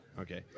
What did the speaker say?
Okay